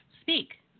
Speak